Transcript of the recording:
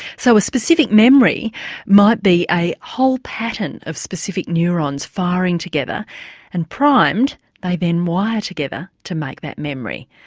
so a specific memory might be a whole pattern of specific neurons firing together and primed. they then wire together to make that memory.